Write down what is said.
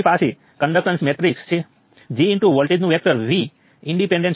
1 નોડના સર્કિટમાં તે એકદમ સામાન્ય છે અને કહો કે તે નોડ ઉપરનો વોલ્ટેજ કંઈક છે ચાલો 6 વોલ્ટ કહીએ